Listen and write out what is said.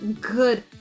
good